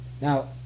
now